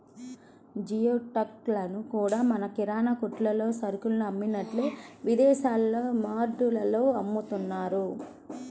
geoduck లను కూడా మన కిరాణా కొట్టుల్లో సరుకులు అమ్మినట్టే విదేశాల్లో మార్టుల్లో అమ్ముతున్నారు